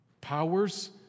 Powers